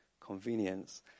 convenience